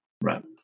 Right